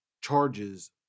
charges